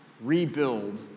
rebuild